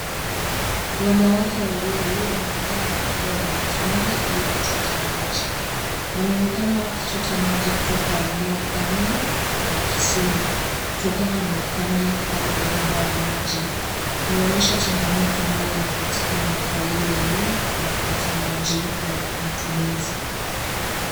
Wanawake wawili wanaonekana wakibeba mitungi ili kuchota maji. Wanaonekana wakichota maji kutoka eneo kame la kisima, kutokana na ukame au uhaba wa maji. Inaonyosha changamoto ambayo inapatikana kwa hili eneo kwa kupata maji ya matunizi.